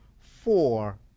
four